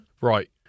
Right